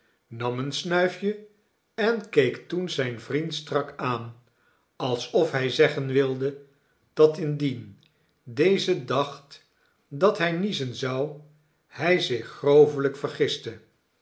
nam een snuifje en keek toen zijn vriend strak aan alsof hij zeggen wilde dat indien deze dacht dat hij niezen zou hij zich